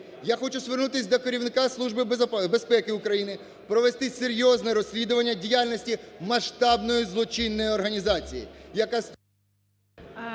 Я хочу звернутись до керівника Служби безпеки України провести серйозне розслідування діяльності масштабної злочинної організації,